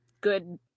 good